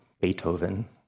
Beethoven